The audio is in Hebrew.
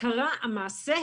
קרה המעשה,